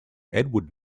edward